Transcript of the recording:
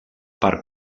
per